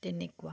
তেনেকুৱা